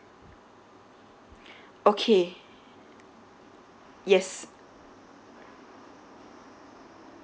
okay yes